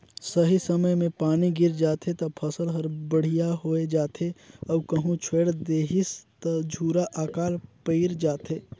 सही समय मे पानी गिर जाथे त फसल हर बड़िहा होये जाथे अउ कहो छोएड़ देहिस त झूरा आकाल पइर जाथे